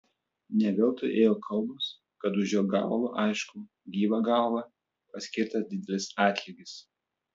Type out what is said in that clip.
ne veltui ėjo kalbos kad už jo galvą aišku gyvą galvą paskirtas didelis atlygis